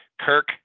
Kirk